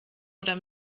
oder